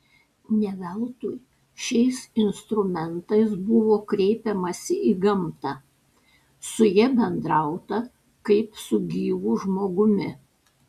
ne veltui šiais instrumentais buvo kreipiamasi į gamtą su ja bendrauta kaip su gyvu žmogumi